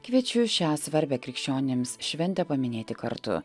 kviečiu šią svarbią krikščionims šventę paminėti kartu